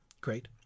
Great